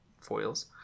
foils